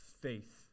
faith